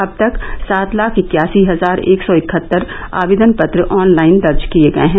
अब तक सात लाख इक्यासी हजार एक सौ इकहत्तर आवेदन पत्र ऑनलाइन दर्ज किये गये हैं